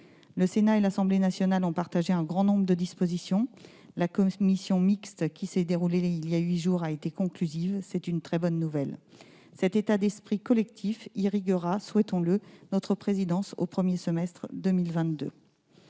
Le Sénat et l'Assemblée nationale se sont accordés sur un grand nombre de dispositions. La commission mixte paritaire, dont j'étais membre, et qui s'est réunie il y a huit jours, a été conclusive. C'est une très bonne nouvelle. Cet état d'esprit collectif irriguera, souhaitons-le, notre présidence au premier semestre 2022.